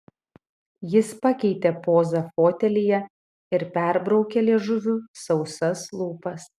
jis pakeitė pozą fotelyje ir perbraukė liežuviu sausas lūpas